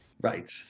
Right